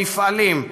מפעלים,